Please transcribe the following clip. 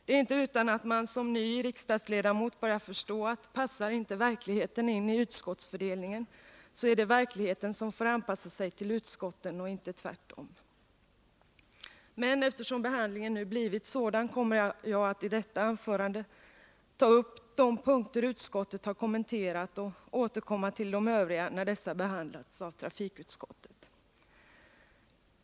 Det är inte utan att man som ny riksdagsledamot börjar förstå att passar inte verkligheten in i utskottsfördelningen, är det verkligheten som får anpassa sig till utskotten och inte tvärtom. Eftersom behandlingen nu blivit sådan kommer jag att i detta anförande ta upp de punkter utskottet har kommenterat och återkomma till de övriga när dessa behandlats av trafikutskottet.